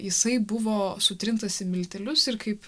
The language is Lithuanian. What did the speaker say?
jisai buvo sutrintas į miltelius ir kaip